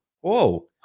whoa